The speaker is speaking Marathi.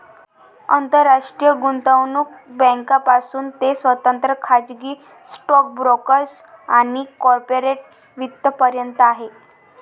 आंतरराष्ट्रीय गुंतवणूक बँकांपासून ते स्वतंत्र खाजगी स्टॉक ब्रोकर्स आणि कॉर्पोरेट वित्त पर्यंत आहे